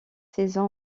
saison